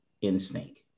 Instinct